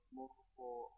multiple